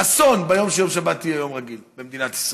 אסון, ביום שיום שבת יהיה יום רגיל במדינת ישראל.